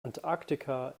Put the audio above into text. antarktika